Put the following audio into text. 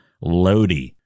lodi